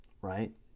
right